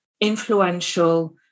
influential